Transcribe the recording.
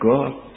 God